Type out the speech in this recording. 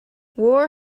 war